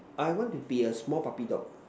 I want to be a small puppy dog